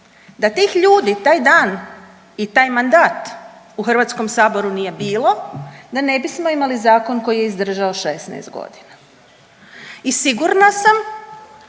da tih ljudi taj dan i taj mandat u HS-u nije bilo, da ne bismo imali zakon koji je izdržao 16 godina. I sigurna sam